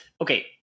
Okay